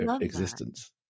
existence